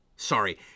sorry